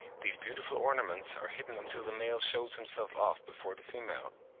these beautiful ornaments are hidden until the male shows himself off before the female.